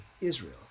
Israel